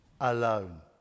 alone